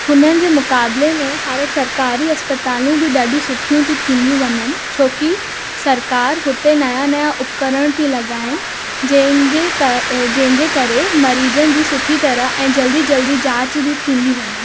हुननि जे मुक़ाबिले में हाणे सरकारी अस्पतालूं बि ॾाढियूं सुठियूं थी थींदियूं वञनि छोकी सरकारु हुते नयां नयां उपकरण थी लॻाइनि जंहिंजे क जंहिंजे करे मरीज़नि जी सुठी तरह ऐं जल्दी जल्दी जाच थी थींदी वञे